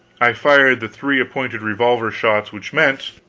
i fired the three appointed revolver shots which meant